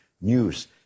News